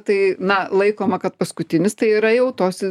tai na laikoma kad paskutinis tai yra jau tos